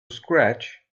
scratch